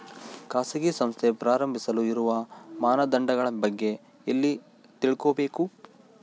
ಖಾಸಗಿ ಸಂಸ್ಥೆ ಪ್ರಾರಂಭಿಸಲು ಇರುವ ಮಾನದಂಡಗಳ ಬಗ್ಗೆ ಎಲ್ಲಿ ತಿಳ್ಕೊಬೇಕು?